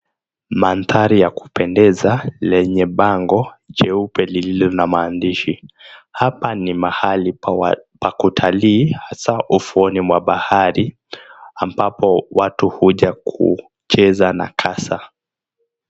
Mandhari ya kupendeza lenye bango jeupe lililo na maandishi. Hapa ni mahali pa kutalii, hasa ufuoni mwa bahari, ambapo watu huja kucheza na kasa.